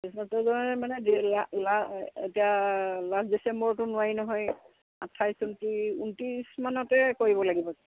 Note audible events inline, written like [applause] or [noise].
[unintelligible] এতিয়া [unintelligible] লাষ্ট ডিচেম্বৰটো নোৱাৰি নহয় আঠাইছ ঊনত্ৰিছ ঊনত্ৰিছ মানতে কৰিব লাগিব